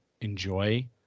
enjoy